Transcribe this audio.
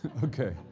okay?